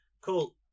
Cool